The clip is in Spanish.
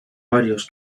varios